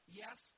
yes